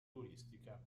turistica